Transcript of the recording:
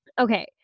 Okay